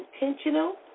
intentional